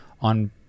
on